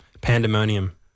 pandemonium